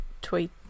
tweet